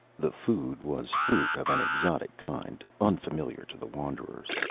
the food was fruit of an exotic kind unfamiliar to the wanderers,